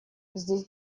здесь